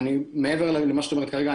מעבר למה שאת אומרת כרגע,